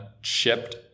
shipped